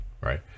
Right